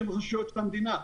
שהן רשויות של המדינה.